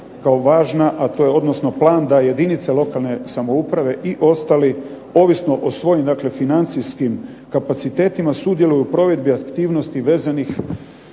kao važna, a to je odnosno plan da jedinice lokalne samouprave i ostali ovisno o svojim dakle financijskim kapacitetima sudjeluju u provedbi aktivnosti vezanih